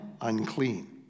unclean